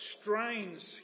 strains